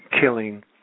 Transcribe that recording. killing